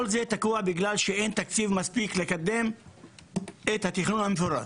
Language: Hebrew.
כל זה תקוע בגלל שאין תקציב מספיק לקדם את התכנון המפורט.